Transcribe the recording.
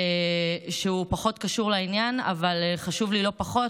שהוא פחות קשור לעניין אבל חשוב לי לא פחות,